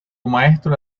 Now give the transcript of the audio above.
maestro